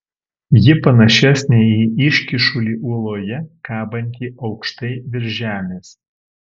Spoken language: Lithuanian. ji panašesnė į iškyšulį uoloje kabantį aukštai virš žemės